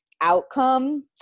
outcome